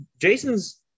Jason's